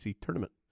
Tournament